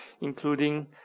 including